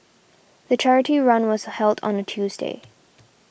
the charity run was held on a Tuesday